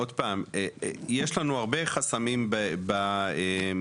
יש לנו הרבה חסמים במשרד.